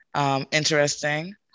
interesting